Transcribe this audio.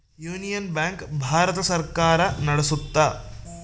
union bank Bharat ಸರ್ಕಾರ ನಡ್ಸುತ್ತ